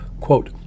quote